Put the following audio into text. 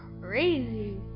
crazy